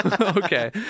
Okay